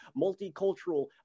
multicultural